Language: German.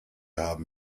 haben